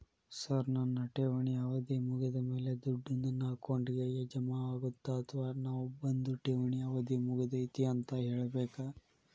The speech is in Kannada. ಸರ್ ನನ್ನ ಠೇವಣಿ ಅವಧಿ ಮುಗಿದಮೇಲೆ, ದುಡ್ಡು ನನ್ನ ಅಕೌಂಟ್ಗೆ ಜಮಾ ಆಗುತ್ತ ಅಥವಾ ನಾವ್ ಬಂದು ಠೇವಣಿ ಅವಧಿ ಮುಗದೈತಿ ಅಂತ ಹೇಳಬೇಕ?